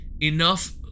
enough